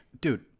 Dude